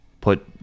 put